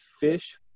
Fish